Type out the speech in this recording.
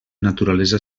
naturalesa